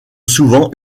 souvent